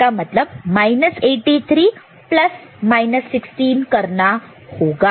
इसका मतलब 83 प्लस 16 करना होगा